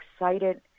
excited